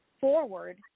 forward